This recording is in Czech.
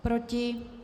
Proti?